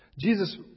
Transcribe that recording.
Jesus